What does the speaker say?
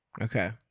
Okay